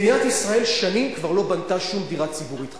מדינת ישראל שנים כבר לא בנתה שום דירה ציבורית חדשה.